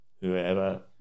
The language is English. whoever